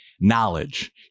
knowledge